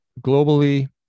globally